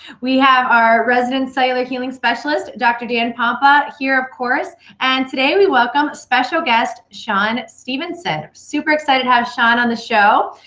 we have our resident cellular healing specialist, dr. dan pompa, here of course, and today we welcome special guest shawn stevenson. super excited to have shawn on the show.